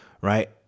Right